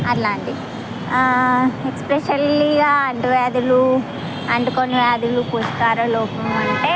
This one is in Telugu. అట్లాంటివి ఎస్పెషల్లీగా అంటువ్యాధులు అంటుకోని వ్యాధులు పోషకాహార లోపం అంటే